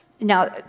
Now